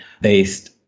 based